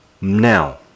Now